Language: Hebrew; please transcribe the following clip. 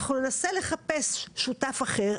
אנחנו ננסה לחפש שותף אחר.